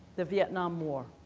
the vietnam war,